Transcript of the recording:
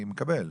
אני מקבל,